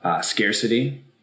scarcity